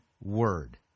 word